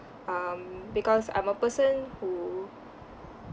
um because I'm a person who